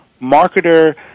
marketer